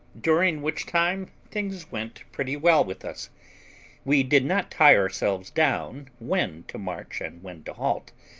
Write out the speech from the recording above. during which time things went pretty well with us we did not tie ourselves down when to march and when to halt,